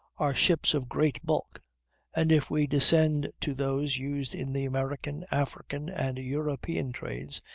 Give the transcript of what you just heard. are ships of great bulk and if we descend to those used in the american, african, and european trades,